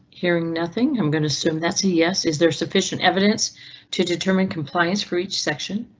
hearing nothing, i'm gonna assume that's a yes. is there sufficient evidence to determine compliance for each section?